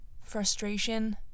frustration